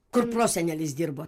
kur prosenelis dirbo